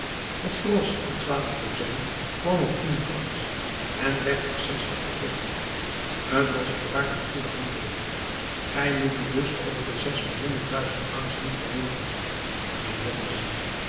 het gros de twaalf dozijn kwam op tien francs en werd voor zestig verkocht t was voorwaar een goede handel gij moet u dus over de zesmaal honderdduizend francs niet verwonderen mijnheer